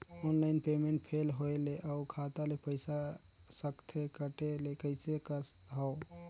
Online payment fail होय ले अउ खाता ले पईसा सकथे कटे ले कइसे करथव?